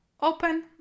open